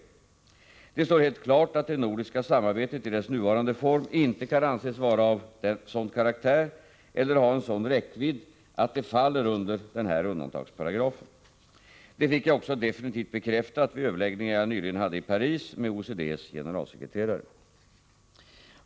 Det står helt klart att det nordiska samarbetet i dess nuvarande form inte kan anses vara av en sådan karaktär eller ha en sådan räckvidd att det faller under denna undantagsparagraf. Detta fick jag också definitivt bekräftat vid överläggningar jag nyligen hade i Paris med OECD:s generalsekreterare.